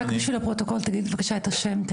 -- רק בשביל הפרוטוקול תגיד בבקשה את השם.